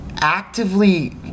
actively